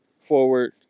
forward